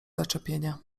zaczepienia